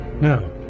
No